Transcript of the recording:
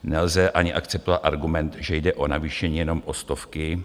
Nelze ani akceptovat argument, že jde o navýšení jenom o stovky.